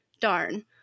Darn